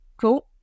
cool